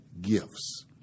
gifts